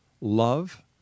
love